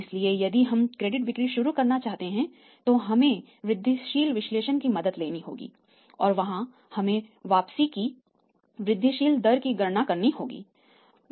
इसलिए यदि हम क्रेडिट बिक्री शुरू करना चाहते हैं तो हमें वृद्धिशील विश्लेषण की मदद लेनी होगी और वहां हमें वापसी की IROR वृद्धिशील दर की गणना करनी होगी